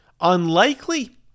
Unlikely